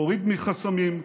להוריד חסמים,